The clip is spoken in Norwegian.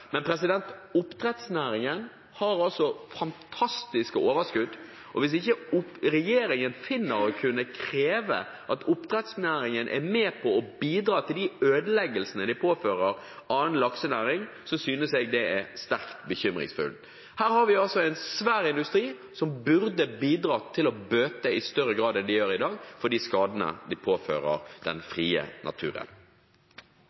men oppdrettsnæringen har fantastiske overskudd, og hvis ikke regjeringen finner å kunne kreve at oppdrettsnæringen er med på å bidra for å bøte på ødeleggelsene den påfører annen laksenæring, synes jeg det er sterkt bekymringsfullt. Her har vi en svær industri som burde bidra i større grad enn den gjør i dag, til å bøte på de skadene den påfører den